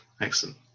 Excellent